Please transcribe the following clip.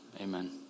Amen